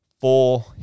Four